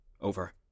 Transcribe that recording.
Over